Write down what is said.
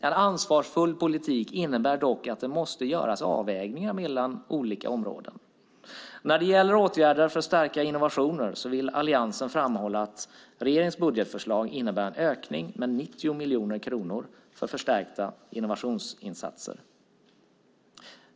En ansvarsfull politik innebär dock att det måste göras avvägningar mellan olika områden. När det gäller åtgärder för att stärka innovationer vill Alliansen framhålla att regeringens budgetförslag innebär en ökning med 90 miljoner kronor för förstärkta innovationsinsatser.